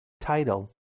title